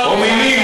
או ממי,